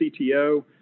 CTO